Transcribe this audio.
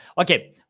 Okay